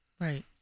Right